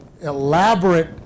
elaborate